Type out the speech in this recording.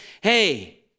hey